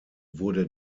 wurde